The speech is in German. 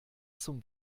zum